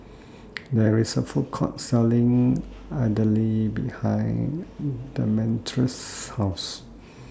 There IS A Food Court Selling Idili behind Demetrius' House